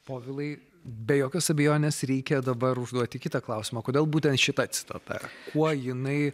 povilai be jokios abejonės reikia dabar užduoti kitą klausimą kodėl būtent šita citata kuo jinai